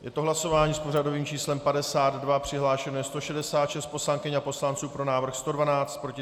Je to hlasování s pořadovým číslem 52, přihlášeno je 166 poslankyň a poslanců, pro návrh 112, proti 37.